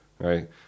right